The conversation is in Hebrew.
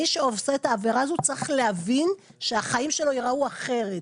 מי שעושה את העבירה הזו צריך להבין שהחיים שלו ייראו אחרת.